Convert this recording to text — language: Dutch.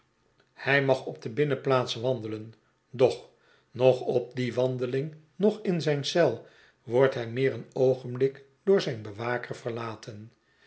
hij mag op de binnenplaats wandelen docb noch op die wandeling noch in zijn eel wordt hij meer een oogenblik door zijn bewaker verlaten